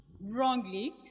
wrongly